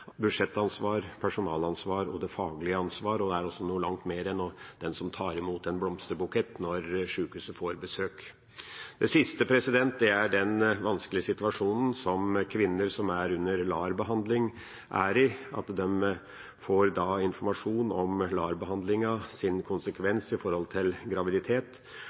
budsjettansvar, personalansvar og det faglige ansvar, og det er også noe langt mer enn en som tar imot en blomsterbukett når sjukehuset får besøk. Det siste er den vanskelige situasjonen som kvinner som er under LAR-behandling, er i – at de får informasjon om LAR-behandlingens konsekvens